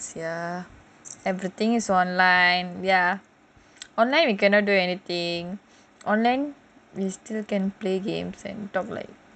unfortunately we couldn't do deepavali night this year everything is online ya online we cannot do anything online we still can play games and talk like